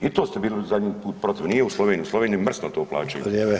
I to ste bili zadnji put protiv, nije u Sloveniji, u Sloveniji mrsno to plaćaju